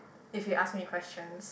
if he ask me questions